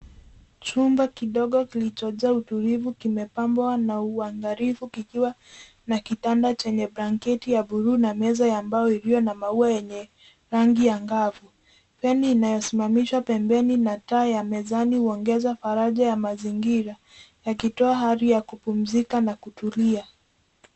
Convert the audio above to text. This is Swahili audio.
Chumba kidogo kilichojaa utulivu kimepangwa kwa uangalifu kikiwa na kitanda chenye blanketi ya buluu na meza ya mbao iliyo na maua yenye rangi angavu. Feni inayosimamishwa pembeni na taa ya mezani huongeza faraja ya mazingira yakitoa hali ya kupumzika na kutulia.